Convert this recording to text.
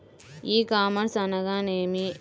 ఈ కామర్స్ అనగానేమి?